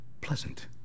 pleasant